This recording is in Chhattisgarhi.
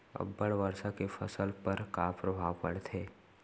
अब्बड़ वर्षा के फसल पर का प्रभाव परथे?